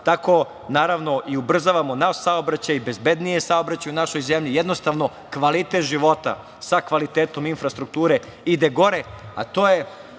Tako naravno i ubrzavamo naš saobraćaj, bezbedniji saobraćaj u našoj zemlji. Jednostavno, kvalitet života sa kvalitetom infrastrukture ide gore, a to je